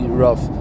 rough